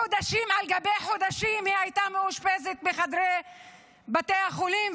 חודשים על גבי חודשים היא הייתה מאושפזת בחדרי בתי החולים,